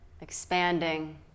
expanding